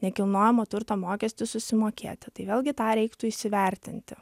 nekilnojamo turto mokestį susimokėti tai vėlgi tą reiktų įsivertinti